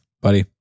Buddy